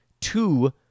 two